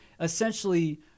essentially